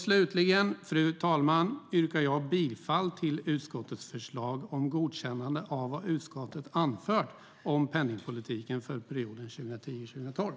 Slutligen, fru talman, yrkar jag bifall till utskottets förslag om godkännande av vad utskottet anfört om penningpolitiken för perioden 2010-2012.